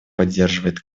поддерживает